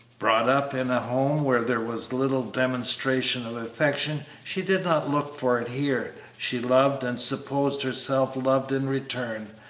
brought up in a home where there was little demonstration of affection, she did not look for it here she loved and supposed herself loved in return,